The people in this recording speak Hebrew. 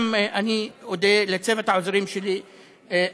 גם אני אודה לצוות העוזרים שלי,